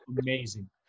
amazing